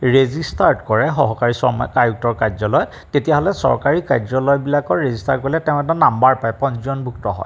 registered কৰে সহকাৰী শ্ৰম আয়ুক্তৰ কাৰ্যালয়ত তেতিয়াহ'লে চৰকাৰী কাৰ্যালয়বিলাকত ৰেজিষ্টাৰ কৰিলে তেওঁ এটা নম্বৰ পায় পঞ্জীয়নভূক্ত হয়